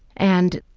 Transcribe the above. and,